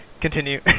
continue